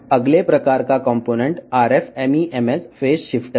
తదుపరి రకం భాగం RF MEMS ఫేస్ షిఫ్టర్